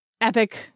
epic